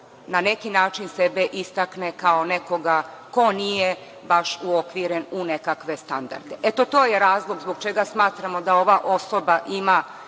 na taj način sebe istakne kao nekoga ko nije baš uokviren u nekakve standarde. To je razlog zbog čega smatramo da ova osoba ima